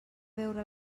veure